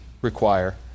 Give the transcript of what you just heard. require